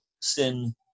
sin